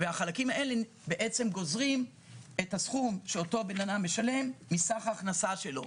החלקים האלה גוזרים את הסכום שאותו אדם משלם מסך ההכנסה שלו.